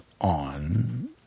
on